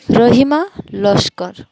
Rahima Laskar